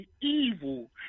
evil